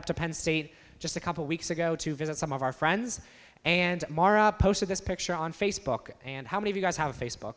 up to penn state just a couple weeks ago to visit some of our friends and posted this picture on facebook and how many of you guys have of facebook